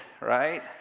Right